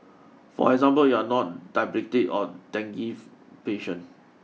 for example you are not diabetic or dengue patient